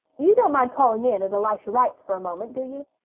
you don't mind calling in at elisha wright's for a moment, do you?